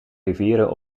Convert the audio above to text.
rivieren